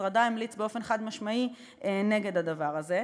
משרדה המליץ באופן חד-משמעי נגד הדבר הזה.